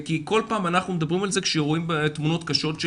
כי כל פעם אנחנו מדברים על זה כשרואים תמונות קשות של